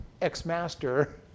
ex-master